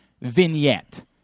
vignette